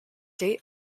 date